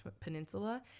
Peninsula